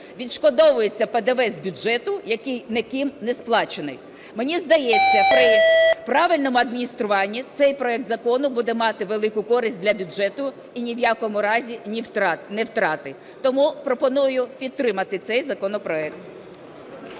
відшкодовується ПДВ з бюджету, який не ким не сплачений. Мені здається, при правильному адмініструванні цей проект закону буде мати велику користь для бюджету і ні в якому разі не втрати. Тому пропоную підтримати цей законопроект.